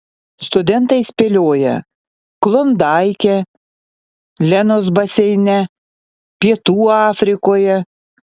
studentai spėlioja klondaike lenos baseine pietų afrikoje